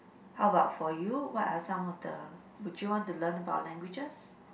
how about for you what are some of the would you want to learn about languages